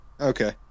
Okay